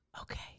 Okay